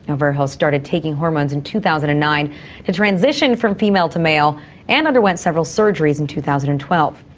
ah verhelst started taking hormones in two thousand and nine to transition from female to male and underwent several surgeries in two thousand and twelve.